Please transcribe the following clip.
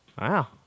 Wow